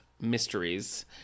mysteries